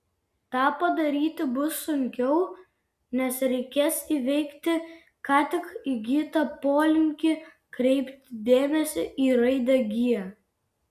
tą padaryti bus sunkiau nes reikės įveikti ką tik įgytą polinkį kreipti dėmesį į raidę g